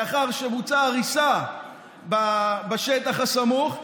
לאחר שבוצעה הריסה בשטח הסמוך,